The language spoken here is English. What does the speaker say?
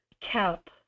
cap